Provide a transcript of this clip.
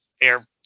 air